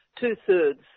two-thirds